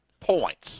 points